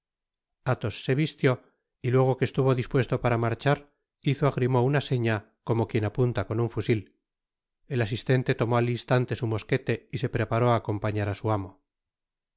athos se vistió y luego que estuvo dispuesto para marchar hizo á grimaud una seña como quien apunta con un fusil el asistente tomó al instante su mosquete y se preparó á acompañar á su amo